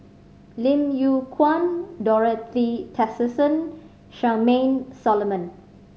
Lim Yew Kuan Dorothy Tessensohn Charmaine Solomon